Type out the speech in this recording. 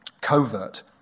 covert